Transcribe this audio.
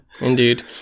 Indeed